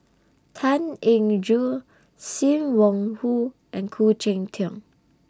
Tan Eng Joo SIM Wong Hoo and Khoo Cheng Tiong